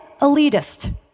elitist